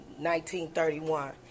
1931